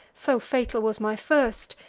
so fatal was my first,